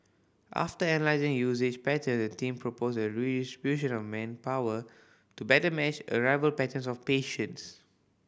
after analysing usage pattern the team proposed a redistribution of manpower to better match arrival patterns of patients